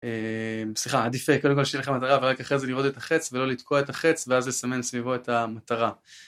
סליחה עדיף אה קודם כל שתהיה לך מטרה ורק אחרי זה לראות את החץ ולא לתקוע את החץ ואז לסמן סביבו את המטרה